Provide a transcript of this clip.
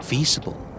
Feasible